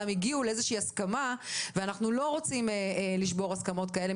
הגיעו לאיזו הסכמה ואנחנו לא רוצים לשבור הסכמות כאלה.